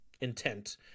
intent